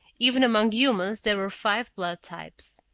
even among humans there were five blood types.